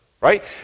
right